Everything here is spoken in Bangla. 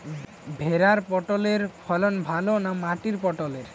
ভেরার পটলের ফলন ভালো না মাটির পটলের?